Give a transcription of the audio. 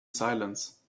silence